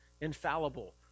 infallible